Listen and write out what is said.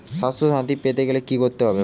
স্বাস্থসাথী পেতে গেলে কি করতে হবে?